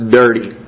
dirty